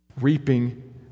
Reaping